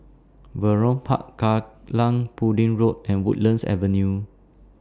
Vernon Park Kallang Pudding Road and Woodlands Avenue